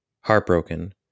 heartbroken